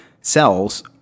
cells